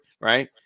right